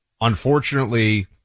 unfortunately